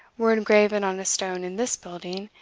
were engraven on a stone in this building,